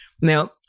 now